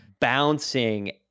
bouncing